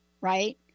right